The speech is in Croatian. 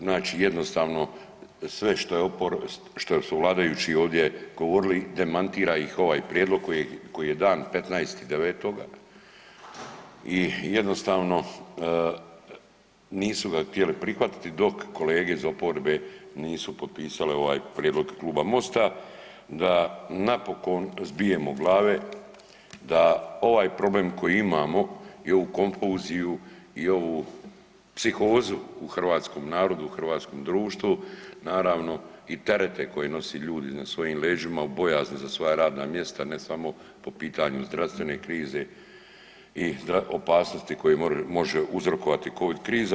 Znači jednostavno što je oporba, što su vladajući ovdje govorili demantira ih ovaj prijedlog koji je dan 15.9. i jednostavno nisu ga htjeli prihvatiti dok kolege iz oporbe nisu potpisale ovaj prijedlog Kluba MOST-a da napokon zbijemo glave, da ovaj problem koji imamo i ovu konfuziju i ovu psihozu u hrvatskom narodu, u hrvatskom društvu naravno i terete koje nose ljudi na svojim leđima u bojazni za svoja radna mjesta ne samo po pitanju zdravstvene krize i opasnosti koje može uzrokovati Covid kriza.